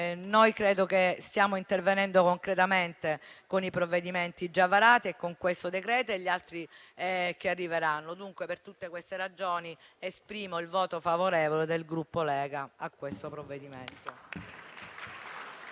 del tempo. Stiamo intervenendo concretamente, con i provvedimenti già varati e con questo decreto e gli altri che arriveranno. Per tutte queste ragioni, esprimo il voto favorevole del Gruppo Lega a questo provvedimento.